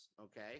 okay